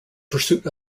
pursuit